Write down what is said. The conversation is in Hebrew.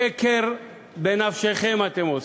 שקר בנפשכם אתם עושים.